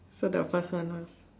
so the first one lah